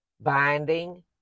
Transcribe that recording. binding